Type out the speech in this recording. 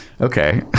Okay